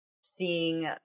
seeing